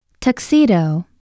Tuxedo